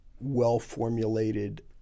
well-formulated